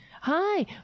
Hi